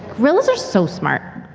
gorillas are so smart.